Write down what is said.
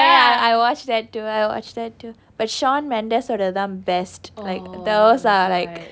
I watched that too I watched that too but shawn mendes வோடது தான்:vodathu thaan best like those are like